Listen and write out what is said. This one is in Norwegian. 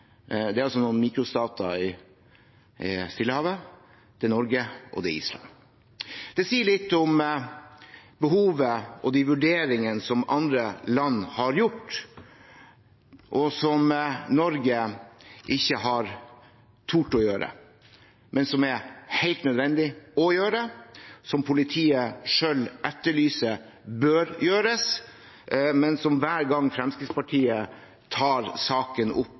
Det er altså noen mikrostater i Stillehavet, det er Norge, og det er Island. Det sier litt om behovet og de vurderingene som andre land har gjort, og som Norge ikke har turt å gjøre, men som er helt nødvendig å gjøre. Politiet etterlyser selv at det bør gjøres, men hver gang Fremskrittspartiet tar saken opp